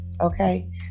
Okay